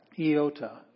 Iota